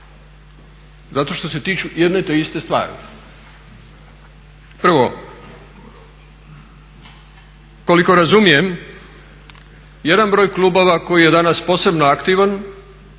Zato što se tiču jedno te iste stvari. Prvo, koliko razumijem jedan broj klubova koji je danas posebno aktivan